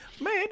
man